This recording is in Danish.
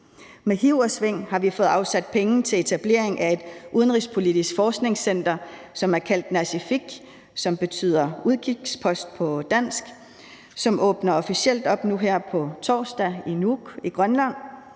Med hiv og sving har vi fået afsat penge til etablering af et udenrigspolitisk forskningscenter, som har fået navnet Nasiffik, som betyder udkikspost på dansk, og som åbner officielt nu på torsdag i Nuuk i Grønland.